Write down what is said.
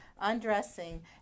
undressing